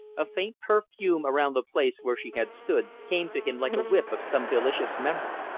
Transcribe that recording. a faint perfume around the place where she had stood came to him like a whiff of some delicious memory.